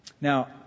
Now